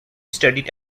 studied